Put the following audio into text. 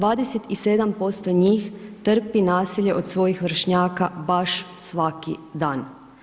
27% njih trpi nasilje od svojih vršnjaka baš svaki dan.